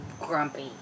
grumpy